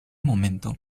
momento